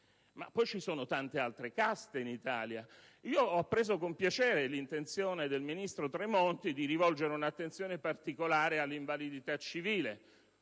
ve ne sono tante altre in Italia. Ho appreso con piacere l'intenzione del ministro Tremonti di rivolgere un'attenzione particolare al settore dell'invalidità civile.